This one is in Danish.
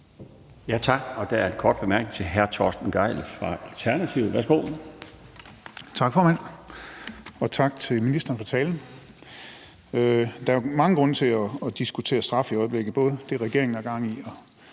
Tak. Der er en kort bemærkning til hr. Torsten Gejl fra Alternativet. Værsgo. Kl. 15:51 Torsten Gejl (ALT): Tak, formand. Og tak til ministeren for talen. Der er jo mange grunde til at diskutere straf i øjeblikket, både det, regeringen har gang i, og